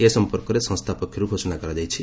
ଏ ସମ୍ପର୍କରେ ସଂସ୍ଥା ପକ୍ଷରୁ ଘୋଷଣା କରାଯାଇଛି